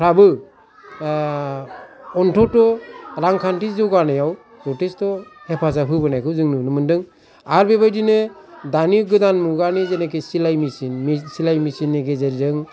फ्राबो अन्थथ' रांखान्थि जौगानायाव जथेस्थ' हेफाजाब होबोनायखौ जों नुनो मोनदों आर बेबादिनो दानि गोदान मुगानि जेनाखि सिलाय मेसिन सिलाय मेसिननि गेजेरजों